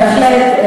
בהחלט,